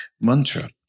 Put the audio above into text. mantra